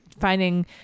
finding